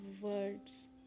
words